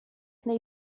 neu